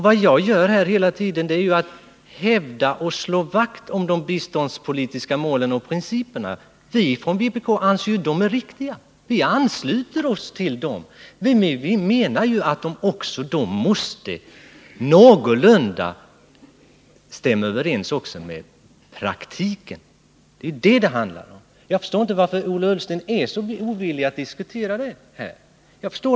Vad jag här hela tiden gör är att jag hävdar och slår vakt om de biståndspolitiska målen och principerna. Från vpk:s sida anser vi dem vara riktiga, och vi ansluter oss till dem. Vi menar att också dessa någorlunda måste stämma överens med praktiken. Det är ju vad det handlar om. Jag förstår inte varför Ola Ullsten är så ovillig att diskutera den saken här.